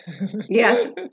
Yes